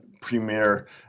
premier